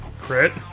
Crit